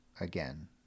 again